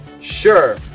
Sure